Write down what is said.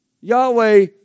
Yahweh